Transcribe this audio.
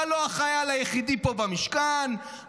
אתה לא החייל היחידי פה במשכן,